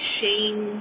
shame